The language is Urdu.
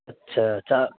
اچھا چار